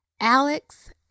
Alex